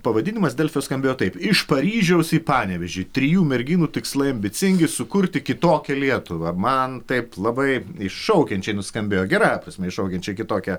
pavadinimas delfio skambėjo taip iš paryžiaus į panevėžį trijų merginų tikslai ambicingi sukurti kitokią lietuvą man taip labai iššaukiančiai nuskambėjo gerąja prasme iššaukiančiai kitokią